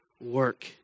work